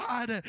God